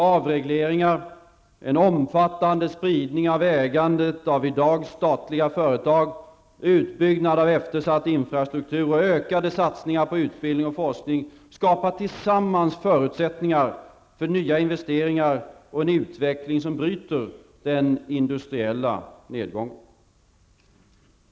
Avregleringar, en omfattande spridning av ägandet av i dag statliga företag, utbyggnad av eftersatt infrastruktur och ökade satsningar på utbildning och forskning skapar tillsammans förutsättningar för nya investeringar och en utveckling som bryter den industriella nedgången.